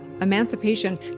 Emancipation